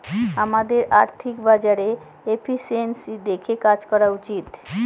আমাদের আর্থিক বাজারে এফিসিয়েন্সি দেখে কাজ করা উচিত